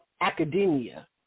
academia